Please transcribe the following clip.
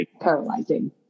paralyzing